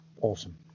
awesome